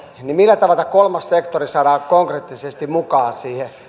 niin millä tavalla kolmas sektori saadaan konkreettisesti mukaan siihen